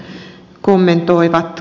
arvoisa puhemies